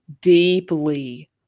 deeply